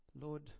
Lord